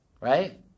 right